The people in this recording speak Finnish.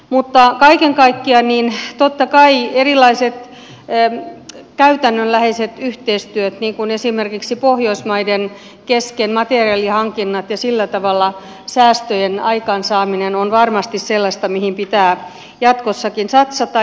mutta kaiken kaikkiaan totta kai erilaiset käytännönläheiset yhteistyöt niin kuin esimerkiksi pohjoismaiden kesken materiaalihankinnat ja sillä tavalla säästöjen aikaansaaminen on varmasti sellaista mihin pitää jatkossakin satsata